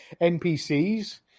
NPCs